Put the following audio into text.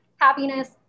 happiness